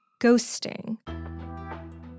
ghosting